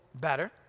better